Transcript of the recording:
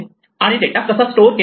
आणि डेटा कसा स्टोअर केला आहे